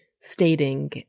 stating